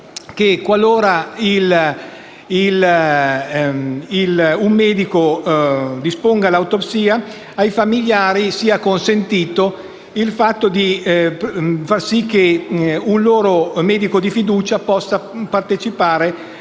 che, qualora un medico disponga l'autopsia, ai familiari sia consentito che un loro medico di fiducia possa partecipare